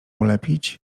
ulepić